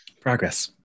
Progress